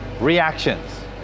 reactions